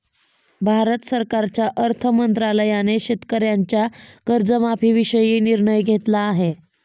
भारत सरकारच्या अर्थ मंत्रालयाने शेतकऱ्यांच्या कर्जमाफीविषयी निर्णय घेतला आहे